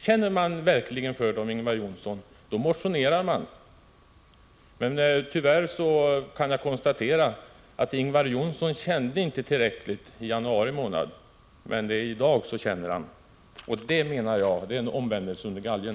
Känner man verkligen för en fråga, Ingvar Johnsson, då motionerar man. Tyvärr kan jag konstatera att Ingvar Johnsson inte kände tillräckligt för frågan i januari månad men att han gör det i dag. Det, menar jag, är en omvändelse under galgen.